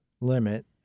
limit